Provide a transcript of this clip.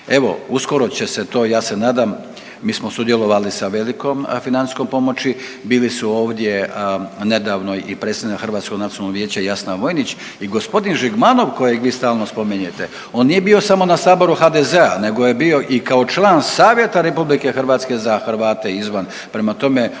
Evo, uskoro će se to, ja se nadam, mi smo sudjelovali sa velikom financijskom pomoći, bili su ovdje nedavno i predstavnik Hrvatskog nacionalnog vijeća Jasna Vojnić i g. Žigmanov kojeg vi stalno spominjete, on nije bio samo na saboru HDZ-a nego je bio i kao član Savjeta RH za Hrvate izvan, prema tome on